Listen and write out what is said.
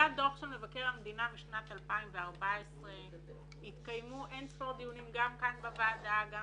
היה דוח של מבקר המדינה משנת 2014. התקיימו אין ספור דיונים גם כאן בוועדה וגם